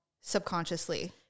subconsciously